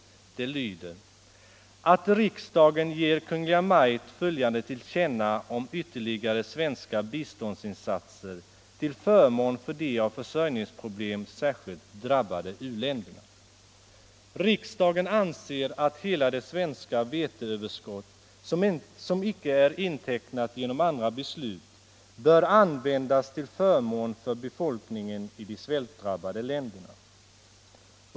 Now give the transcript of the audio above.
Jag hemställer att riksdagen ger Kungl. Maj:t följande till känna om ytterligare svenska biståndsinsatser till förmån för de av försörjningsproblem särskilt drabbade u-länderna: ”Riksdagen anser att hela det svenska veteöverskott, som icke är intecknat genom andra beslut, bör användas till förmån för befolkningen i de svältdrabbade länderna.